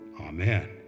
Amen